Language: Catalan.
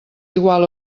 igual